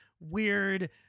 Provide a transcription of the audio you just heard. weird